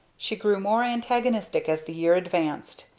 she grew more antagonistic as the year advanced.